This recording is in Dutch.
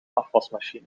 afwasmachine